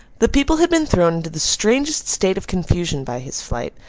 the people had been thrown into the strangest state of confusion by his flight,